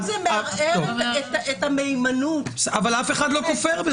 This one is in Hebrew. זה מערער את המהימנות --- אבל אף אחד לא כופר בזה.